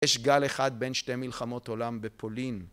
יש גל אחד בין שתי מלחמות עולם בפולין.